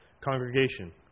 congregation